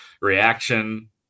reaction